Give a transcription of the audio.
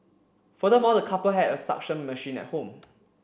furthermore the couple had a suction machine at home